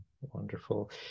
Wonderful